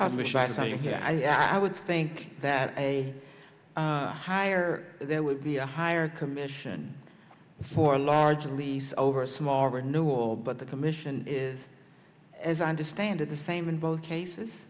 you i would think that a higher there would be a higher commission for a large release over a small renewal but the commission is as i understand it the same in both cases